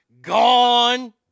gone